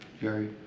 Jerry